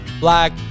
black